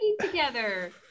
together